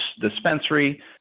dispensary